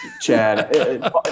Chad